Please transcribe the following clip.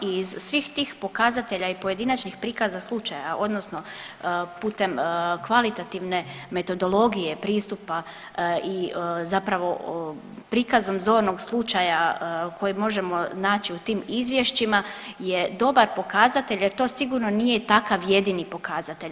I iz svih tih pokazatelja i pojedinačnih prikaza slučaja odnosno putem kvalitativne metodologije pristupa i zapravo prikaznom zornog slučaja koji možemo naći u tim izvješćima je dobar pokazatelj jer to sigurno nije takav jedini pokazatelj.